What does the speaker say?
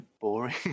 boring